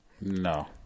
No